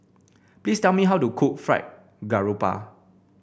please tell me how to cook Fried Garoupa